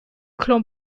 clan